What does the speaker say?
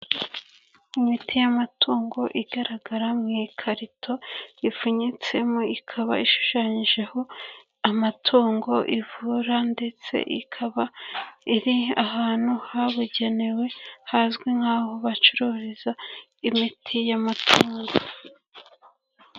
lmiti y'amatungo igaragara mu ikarito ripfunyitsemo, ikaba ishushanyijeho amatungo ivura, ndetse ikaba iri ahantu habugenewe, hazwi nk'aho bacururiza imiti y'amatango.